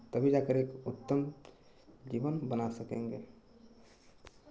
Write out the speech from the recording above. तभी जाकर एक उत्तम जीवन बना सकेंगे